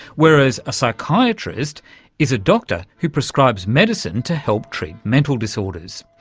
whereas a psychiatrist is a doctor who prescribes medicine to help treat mental disorders.